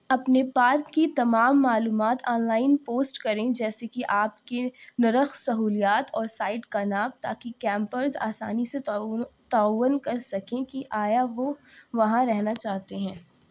اپنے پارک کی تمام معلومات آن لائن پوسٹ کریں جیسے کہ آپ کے نرخ سہولیات اور سائٹ کا ناپ تاکہ کیمپرز آسانی سے تعاون کر سکیں کہ آیا وہ وہاں رہنا چاہتے ہیں